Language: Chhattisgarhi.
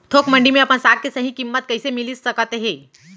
थोक मंडी में अपन साग के सही किम्मत कइसे मिलिस सकत हे?